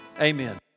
amen